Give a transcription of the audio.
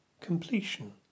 completion